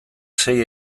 sei